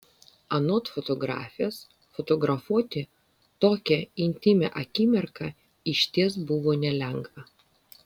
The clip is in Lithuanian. anot fotografės fotografuoti tokią intymią akimirką išties buvo nelengva